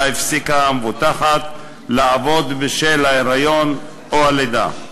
הפסיקה המובטחת לעבוד בשל ההיריון או הלידה.